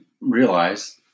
realize